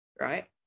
right